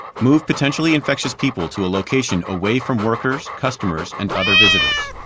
move potentially infectious people to a location away from workers, customers and other visitors.